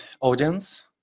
audience